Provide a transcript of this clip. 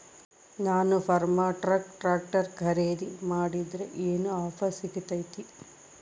ನಾನು Farmtrac tractor ಖರೇದಿ ಮಾಡಿದ್ರೆ ಏನು ಆಫರ್ ಸಿಗ್ತೈತಿ?